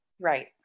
Right